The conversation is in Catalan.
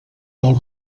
del